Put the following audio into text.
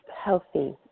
healthy